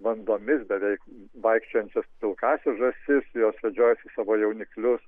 bandomis beveik vaikščiojančias pilkąsias žąsis jos vedžioja savo jauniklius